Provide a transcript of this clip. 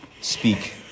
speak